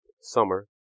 summer